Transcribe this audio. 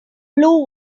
blue